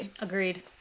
Agreed